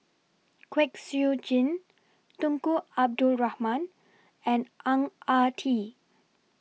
Kwek Siew Jin Tunku Abdul Rahman and Ang Ah Tee